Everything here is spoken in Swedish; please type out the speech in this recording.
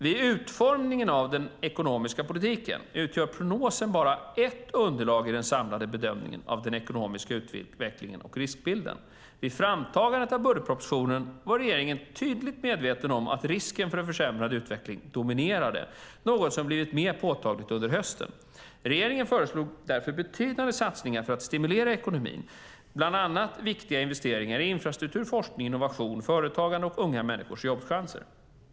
Vid utformningen av den ekonomiska politiken utgör prognosen bara ett av underlagen i den samlade bedömningen av den ekonomiska utvecklingen och riskbilden. Vid framtagandet av budgetpropositionen var regeringen tydligt medveten om att risken för en försämrad utveckling dominerade, något som blivit mer påtagligt under hösten. Regeringen föreslog därför betydande satsningar för att stimulera ekonomin, bland annat viktiga investeringar i infrastruktur, forskning och innovation, företagande och unga människors jobbchanser.